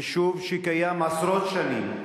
יישוב שקיים עשרות שנים.